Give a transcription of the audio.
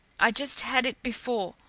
i just had it before,